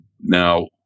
now